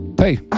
Hey